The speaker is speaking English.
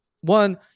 one